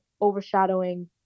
overshadowing